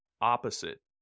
opposite